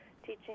teaching